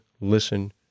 listen